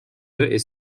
est